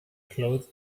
clothes